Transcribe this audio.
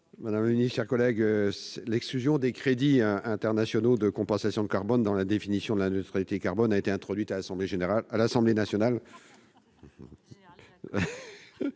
de la prise en compte des crédits internationaux de compensation carbone dans la définition de la neutralité carbone a été introduite à l'Assemblée nationale.